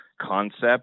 concept